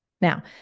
Now